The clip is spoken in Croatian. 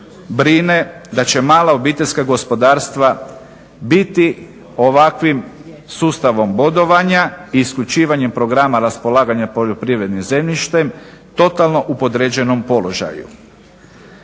da će mala obiteljska gospodarstva biti ovakvim sustavom bodovanja i isključivanjem programa raspolaganja poljoprivrednim zemljištem totalno u podređenom položaju.